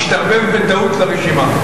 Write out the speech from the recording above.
השתרבב בטעות לרשימה.